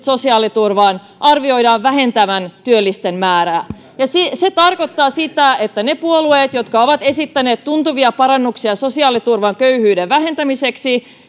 sosiaaliturvaan arvioidaan vähentävän työllisten määrää se tarkoittaa sitä että niiden puolueiden osalta jotka ovat esittäneet tuntuvia parannuksia sosiaaliturvaan köyhyyden vähentämiseksi